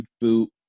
boot